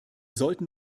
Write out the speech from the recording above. sollten